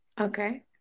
Okay